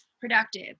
productive